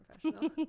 professional